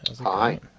Hi